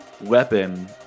weapon